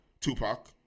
Tupac